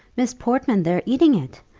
miss portman, they're eating it!